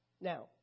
Now